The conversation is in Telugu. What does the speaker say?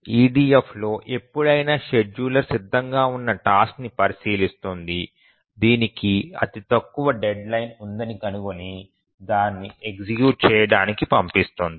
EDF లో ఎప్పుడైనా షెడ్యూలర్ సిద్ధంగా ఉన్న టాస్క్ ని పరిశీలిస్తుంది దీనికి అతి తక్కువ డెడ్ లైన్ ఉందని కనుగొని దానిని ఎగ్జిక్యూట్ చేయడానికి పంపిస్తుంది